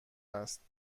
است